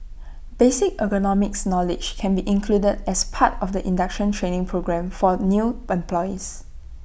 basic ergonomics knowledge can be included as part of the induction training programme for new employees